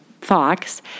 Fox